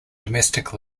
domestic